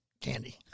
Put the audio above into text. candy